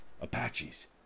Apaches